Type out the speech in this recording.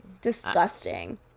disgusting